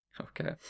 Okay